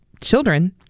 children